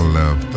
love